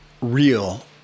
real